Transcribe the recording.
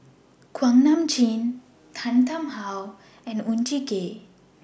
Kuak Nam Jin Tan Tarn How and Oon Jin Gee